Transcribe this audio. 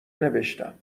نوشتم